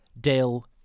dill